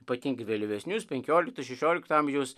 ypatingai vėlyvesnius penkiolikto šešiolikto amžiaus